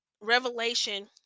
Revelation